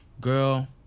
girl